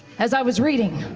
as i was reading,